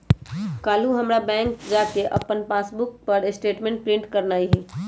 काल्हू हमरा बैंक जा कऽ अप्पन पासबुक पर स्टेटमेंट प्रिंट करेनाइ हइ